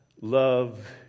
love